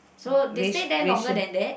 so they stay there longer than that